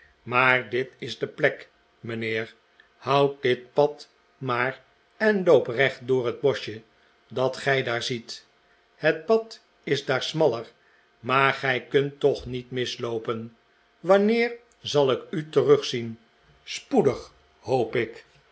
maar dit is de plek mijnheer houd dit pad maar en loop recht door het boschje dat gij daar ziet het pad is daar smaller maar gij kunt toch niet misloopen wanneer zal ik u terugzien spoedig hoop ik